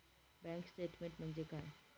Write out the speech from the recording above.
Bank statement म्हणजे काय?